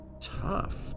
tough